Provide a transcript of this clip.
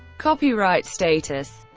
copyright status